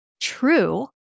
true